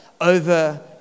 over